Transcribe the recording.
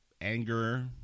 anger